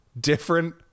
different